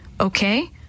Okay